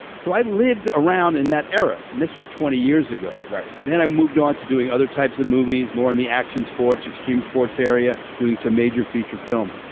so i lived around in that area and this was twenty years ago right. then i moved on to doing other types of movies more and the action sports extreme sports area doing some major feature films.